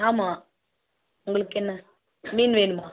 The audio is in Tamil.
ஆமாம் உங்களுக்கு என்ன மீன் வேணுமா